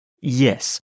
Yes